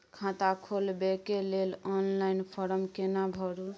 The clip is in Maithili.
खाता खोलबेके लेल ऑनलाइन फारम केना भरु?